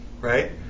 Right